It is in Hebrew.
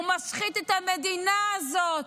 הוא משחית את המדינה הזאת.